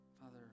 Father